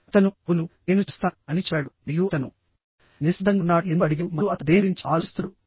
అతను అవును నేను చేస్తాను అని చెప్పాడు మరియు అతను నిశ్శబ్దంగా ఉన్నాడా ఎందుకు అడిగాడు మరియు అతను దేని గురించి ఆలోచిస్తున్నాడు